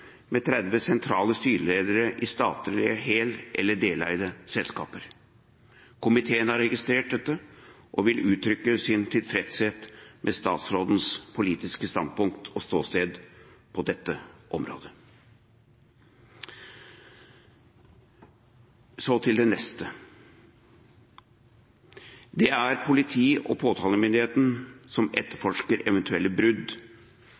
med 30 sentrale styreledere i selskaper som er hel- eller deleid av staten. Komiteen har registrert dette og vil uttrykke sin tilfredshet med statsrådens politiske standpunkt og ståsted på dette området. Så til det neste: Det er politi og påtalemyndighet som etterforsker eventuelle brudd